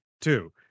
two